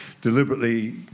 deliberately